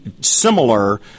Similar